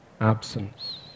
Absence